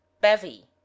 Bevy